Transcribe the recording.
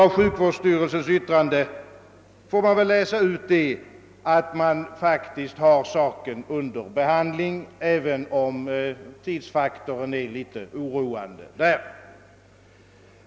Av sjukvårdsstyrelsens utlåtande kan man inhämta att saken faktiskt är under behandling där, även om tidsfaktorn är litet oroande.